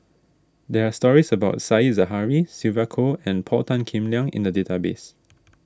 there are stories about Said Zahari Sylvia Kho and Paul Tan Kim Liang in the database